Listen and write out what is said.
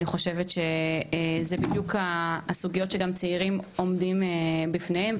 ואני חושבת שזה בדיוק הסוגיות שגם צעירים עומדים בפניהן,